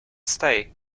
stay